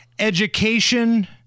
education